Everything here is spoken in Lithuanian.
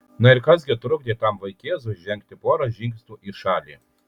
na ir kas gi trukdė tam vaikėzui žengti porą žingsnių į šalį